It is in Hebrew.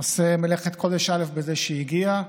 עושה מלאכת קודש בזה שהגיע,